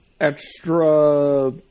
extra